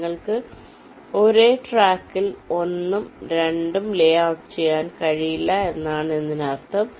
നിങ്ങൾക്ക് ഒരേ ട്രാക്കിൽ 1 ഉം 2 ഉം ലേഔട്ട് ചെയ്യാൻ കഴിയില്ല എന്നാണ് ഇതിനർത്ഥം